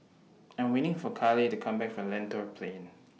I Am waiting For Caleigh to Come Back from Lentor Plain